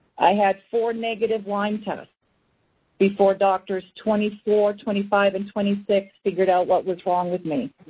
i had four negative lyme tests before doctors twenty four, twenty five, and twenty six figured out what was wrong with me.